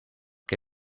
que